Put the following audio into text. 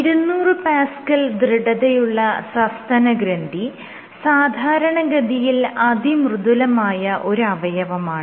200Pa ദൃഢതയുള്ള സസ്തനഗ്രന്ഥി സാധാരണഗതിയിൽ അതിമൃദുലമായ ഒരവയവമാണ്